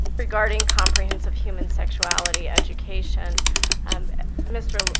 regarding comprehensive human sexuality education um mr.